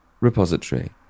Repository